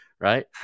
right